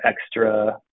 extra